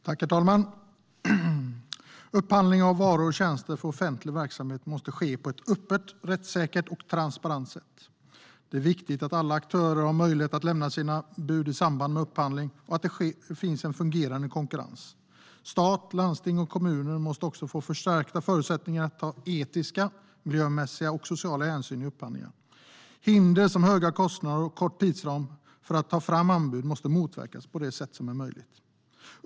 Herr talman! Upphandling av varor och tjänster för offentlig verksamhet måste ske på ett öppet, rättssäkert och transparent sätt. Det är viktigt att alla aktörer har möjlighet att lämna sina anbud i samband med upphandling och att det finns en fungerande konkurrens. Stat, landsting och kommuner måste också få förstärkta förutsättningar att ta etiska, miljömässiga och sociala hänsyn vid upphandlingar. Hinder som höga kostnader och snäv tidsram för att ta fram anbud måste motverkas på det sätt som är möjligt.